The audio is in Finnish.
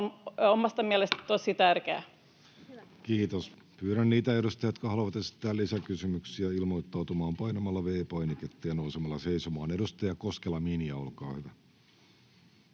16:42 Content: Kiitoksia. — Pyydän niitä edustajia, jotka haluavat esittää lisäkysymyksiä, ilmoittautumaan painamalla V-painiketta ja nousemalla seisomaan. — Edustaja Harjanne, olkaa hyvä.